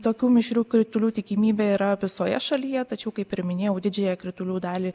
tokių mišrių kritulių tikimybė yra visoje šalyje tačiau kaip ir minėjau didžiąją kritulių dalį